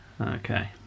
Okay